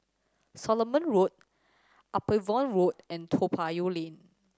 Solomon Road Upavon Road and Toa Payoh Lane